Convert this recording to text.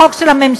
החוק של הממשלה,